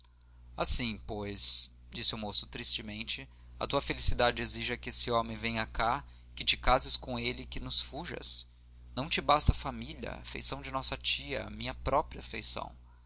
assim pois disse o moço tristemente a tua felicidade exige que esse homem venha cá que te cases com ele que nos fujas não te basta a família a afeição de nossa tia a minha própria afeição